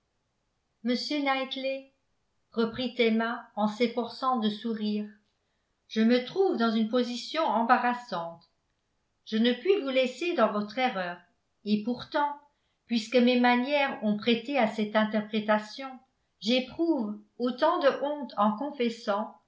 m knightley reprit emma en s'efforçant de sourire je me trouve dans une position embarrassante je ne puis vous laisser dans votre erreur et pourtant puisque mes manières ont prêté à cette interprétation j'éprouve autant de honte en confessant